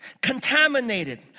contaminated